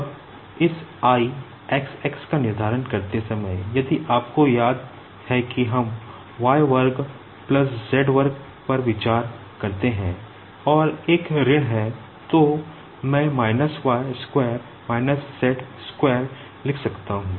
अब इस I xx का निर्धारण करते समय यदि आपको याद है कि हम y वर्ग माइनस z स्क्वायर लिख सकता हूं